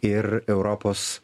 ir europos